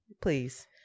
please